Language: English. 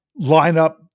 lineup